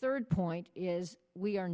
third point is we